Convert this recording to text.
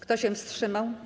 Kto się wstrzymał?